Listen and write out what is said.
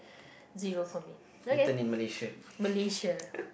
zero for me okay Malaysia